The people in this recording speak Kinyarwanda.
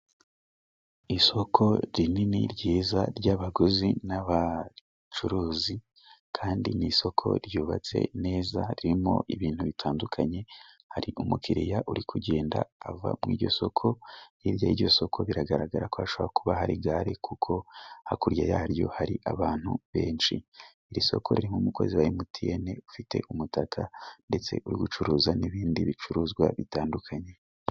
Isoko rinini, ryiza, ry'abaguzi n'abacuruzi kandi ni isoko ryubatse neza ririmo ibintu bitandukanye. Hari umukiriya uri kugenda ava muri iryo soko hirya y'iryo soko biragaragara ko hashobora kuba hari igare kuko hakurya yaryo hari abantu benshi. Iri soko ririmo umukozi wa MTN ufite umutaka ndetse uri gucuruza n'ibindi bicuruzwa bitandukanye.